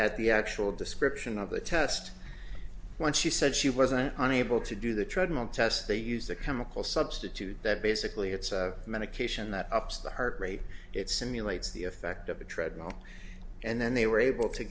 at the actual description of the test when she said she wasn't unable to do the treadmill test they used the chemical substitute that basically it's a medication that ups the heart rate it simulates the effect of a treadmill and then they were able to